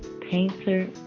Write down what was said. painter